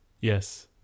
Yes